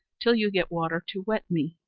till you get water to wet me.